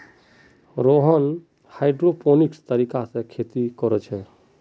Rohan hydroponics तरीका से खेती कोरे छे